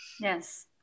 Yes